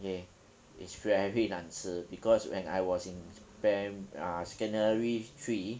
ya it's very 难吃 because when I was in pri~ secondary three